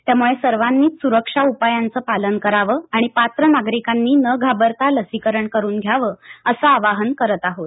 त्यामुळे सर्वांनीच सुरक्षा उपायांच पालन करावं आणि पात्र नागरिकांनी न घाबरता लसीकरण करुन घ्यावं असं आवाहन करत आहोत